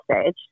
stage